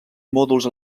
mòduls